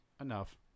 enough